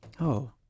Oh